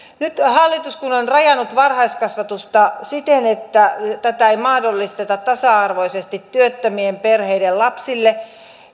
nyt kun hallitus on rajannut varhaiskasvatusta siten että tätä ei mahdollisteta tasa arvoisesti työttömien perheiden lapsille